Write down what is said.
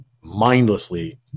mindlessly